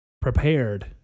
prepared